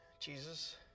Jesus